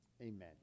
Amen